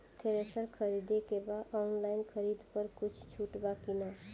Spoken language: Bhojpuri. थ्रेसर खरीदे के बा ऑनलाइन खरीद पर कुछ छूट बा कि न?